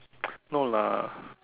no lah